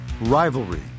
Rivalry